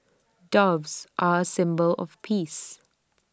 doves are A symbol of peace